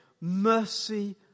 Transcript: mercy